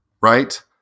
right